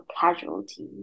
casualty